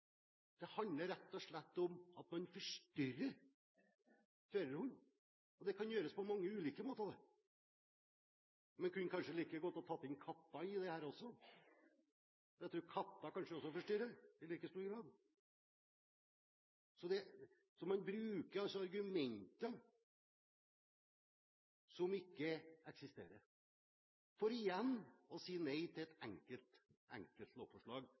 Det handler rett og slett om at man forstyrrer førerhunden, og det kan gjøres på mange ulike måter. Man kunne kanskje like godt tatt inn katter i dette også, for jeg tror katter forstyrrer i like stor grad. Man bruker altså argumenter som ikke eksisterer, for igjen å si nei til et enkelt lovforslag